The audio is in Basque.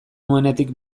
nuenetik